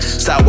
Stop